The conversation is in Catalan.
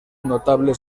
notable